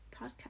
podcast